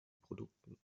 produkten